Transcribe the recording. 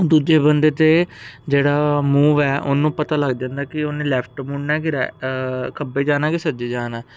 ਦੂਜੇ ਬੰਦੇ 'ਤੇ ਜਿਹੜਾ ਮੂਵ ਹੈ ਉਹਨੂੰ ਪਤਾ ਲੱਗ ਜਾਂਦਾ ਕਿ ਉਹਨੇ ਲੈਫਟ ਮੁੜਨਾ ਕਿ ਰੈ ਖੱਬੇ ਜਾਣਾ ਕਿ ਸੱਜੇ ਜਾਣਾ